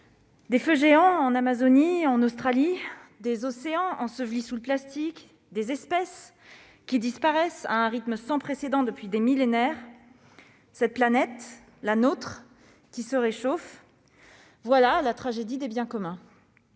des feux géants en Amazonie et en Australie, des océans ensevelis sous le plastique, des espèces qui disparaissent à un rythme sans précédent depuis des millénaires, notre planète qui se réchauffe : voilà la tragédie des biens communs